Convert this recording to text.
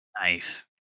nice